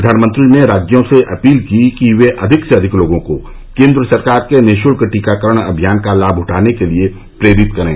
प्रधानमंत्री ने राज्यो से अपील की कि वे अधिक से अधिक लोगों को केन्द्र सरकार के निःश्ल्क टीकाकरण अभियान का लाभ उठाने के लिए प्रेरित करें